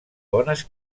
bones